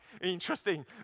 Interesting